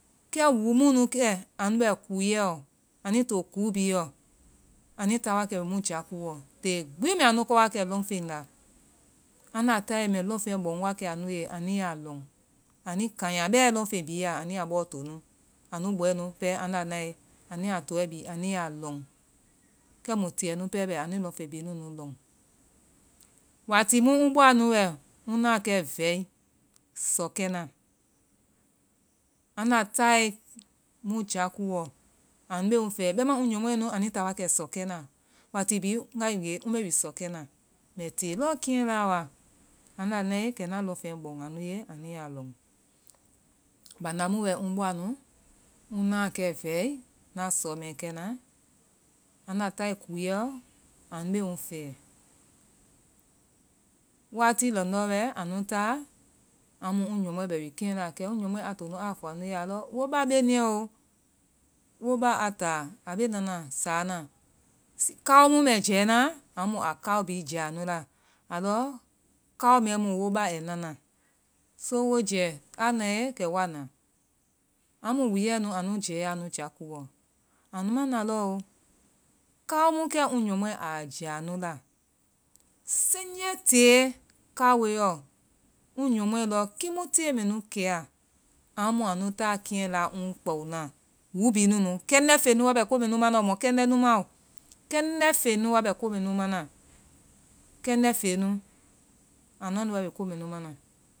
Kɛ woo mu nu kɛ, anu bɛ kooɛɔ, anui to koo bi yɔ anui ta wa kɛ mu jakoowɔ. Te gbi mɛ anu kɔwakɛ lɔŋfen la. Aŋnda tae, mɛ lɔŋfen bɔŋ wakɛ anu ye. Anu ya lɔŋ. Anui kaŋya bɛ lɔŋfen bi ya, anui ya bɔɔ to nu. Anu bɔɛnù pɛ aŋnda nae, anu ya tɔɛ bi, anu a loŋ. Kɛmu tiɛ nu pɛ bɛ. Anui lɔŋfen bii bi anu ya loŋ. Waati mu ŋ bɔa nu wɛ ŋ na Vɛi sɔkɛna, aŋnda tae mu jakooɔ, anu be ŋ fɛ, bɛma ŋ ŋyɔ́mɔɛnu, anui ta wakɛ sɔ́kɛna. Waati bii ŋgae ŋge, ŋmbe wi sɔkɛna. Mɛ tee lɔ kɛŋ la wa. Aŋnda nae mɛ lɔŋfen bɔŋ anu ye, anu ya lɔŋ. Bandaa mu wɛ ŋbɔa nu, ŋna kɛ Vɛ́i, na sɔmɛ kɛ na, aŋnda tai kooɛɔ, anu be ŋ fɛ. Wati lɔŋdɔ wɛ, anu ta, amu ŋ ŋyɔmɔɛŋń be we keŋ la. Kɛ ŋ ŋyɔmɔɛŋń a to nu a fɔ anu ye, a lɔ wo ba be niɛ o. Wo ba a ta. A be nana saana. kaɔmu mɛjɛna, amu a kaɔbi jia nu la. A lɔ kaɔ mɛ mu wo ba ai na na. So wo jɛ a nae, kɛ woa na. Amu wooɛ nu, anu jɛ ya a nu jakooɔnu. Anu ma na lɔ o. kao mu ke ŋ ŋyɔmɔɛŋń a jia anu la, siŋje tee kao mɛ nu lɔ, ŋ ŋyɔmɔɛŋń lɔ kimu te mɛ nu kea, amu anu ta keŋ mɛnu la ŋ kpao na. Woo bi nunu. Kɛŋndɛfeŋnu wa bɛ ko mɛ nu mana. Mɔkeŋndɛ nu ma o. Kɛŋndɛfeŋnu wa bɛ ko mɛ nu ma na. Kɛŋndɛfeŋnu! Anua nu wa bɛ ko mɛ nu ma na.